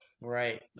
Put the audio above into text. Right